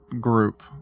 group